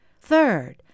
Third